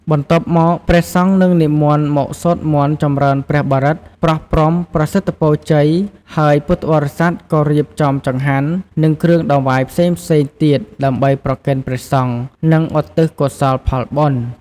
បន្ទាប់មក ព្រះសង្ឃនឹងនិមន្តមកសូត្រមន្តចំរើនព្រះបរិត្ត ប្រោះព្រំប្រសិទ្ធពរជ័យ ហើយពុទ្ធបរិស័ទក៏រៀបចំចង្ហាន់ និងគ្រឿងដង្វាយផ្សេងៗទៀតដើម្បីប្រគេនព្រះសង្ឃ និងឧទ្ទិសកុសលផលបុណ្យ។